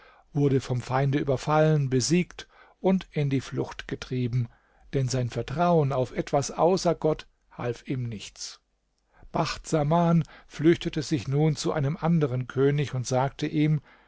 wurde vom feinde überfallen besiegt und in die flucht getrieben denn sein vertrauen auf etwas außer gott half ihm nichts bacht saman flüchtete sich nun zu einem anderen könig und sagte ihm